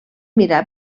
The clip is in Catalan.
mirar